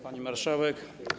Pani Marszałek!